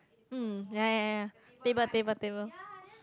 mm ya ya ya ya table table table